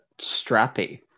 Strappy